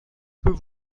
peux